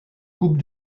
coupe